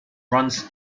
runs